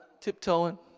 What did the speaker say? tiptoeing